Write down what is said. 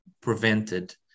prevented